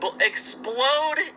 Explode